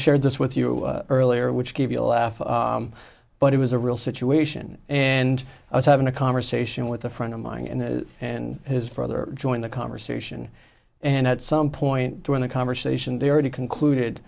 shared this with you earlier which gave you a laugh but it was a real situation and i was having a conversation with a friend of mine and and his brother joined the conversation and at some point during the conversation they already concluded